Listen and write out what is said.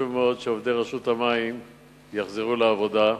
חשוב מאוד שעובדי רשות המים יחזרו לעבודה.